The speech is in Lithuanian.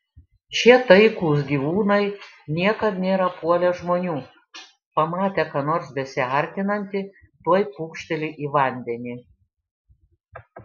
šie taikūs gyvūnai niekad nėra puolę žmonių pamatę ką nors besiartinantį tuoj pūkšteli į vandenį